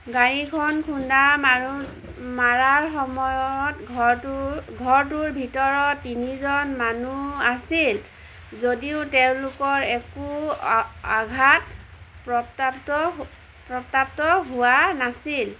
গাড়ীখনে খুন্দা মৰাৰ সময়ত ঘৰটোৰ ভিতৰত তিনিজন মানুহ আছিল যদিও তেওঁলোক আঘাত প্ৰাপ্ত হোৱা নাছিল